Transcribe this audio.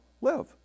live